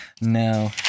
no